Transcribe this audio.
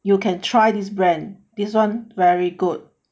you can try this brand this one very good